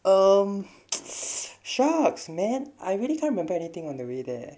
um shucks man I really can't remember anything on the way there